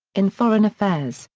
in foreign affairs,